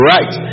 Right